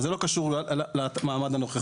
זה לא קשור למעמד הנוכחי